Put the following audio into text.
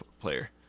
player